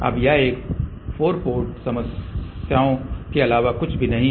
अब यह एक 4 पोर्ट समस्याओं के अलावा कुछ भी नहीं है